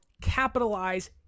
capitalize